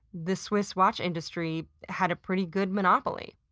the swiss watch industry had a pretty good monopoly.